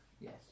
Yes